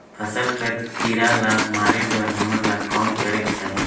फसल कर कीरा ला मारे बर हमन ला कौन करेके चाही?